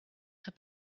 her